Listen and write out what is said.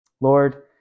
Lord